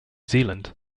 zealand